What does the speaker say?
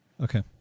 Okay